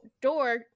door